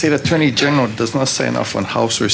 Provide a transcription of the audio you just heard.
state attorney general does not say enough one house or